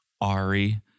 Ari